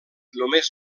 només